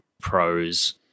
Pros